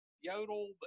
yodel